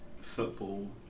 football